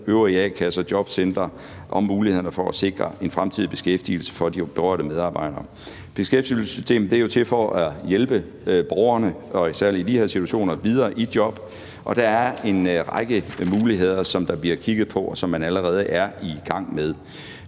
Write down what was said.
øvrige a-kasser og jobcentre om mulighederne for at sikre en fremtidig beskæftigelse for de berørte medarbejdere. Beskæftigelsessystemet er jo til for at hjælpe borgerne, særlig i de her situationer, videre i job, og der er en række muligheder, som der bliver kigget på, og som man allerede er i gang med.